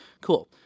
Cool